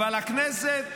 אבל הכנסת,